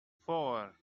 four